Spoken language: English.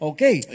Okay